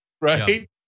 right